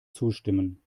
zustimmen